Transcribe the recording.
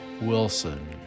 Wilson